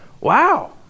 wow